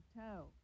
toe